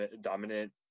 dominant